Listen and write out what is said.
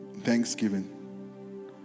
Thanksgiving